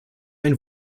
ein